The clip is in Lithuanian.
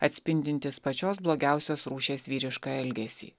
atspindintis pačios blogiausios rūšies vyrišką elgesį